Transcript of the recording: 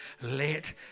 let